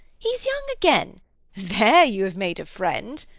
he's young again there you have made a friend,